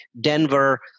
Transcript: Denver